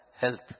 health